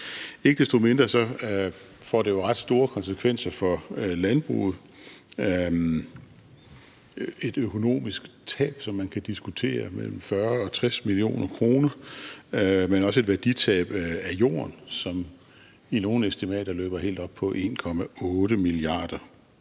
Ikke desto mindre får det jo ret store konsekvenser for landbruget – et økonomisk tab, som man kan diskutere, på mellem 40 mio. kr. og 60 mio. kr., men også et værditab af jord, som ifølge nogle estimater løber helt op på 1,8 mia. kr.